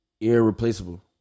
irreplaceable